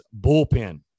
bullpen